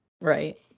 Right